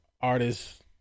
artists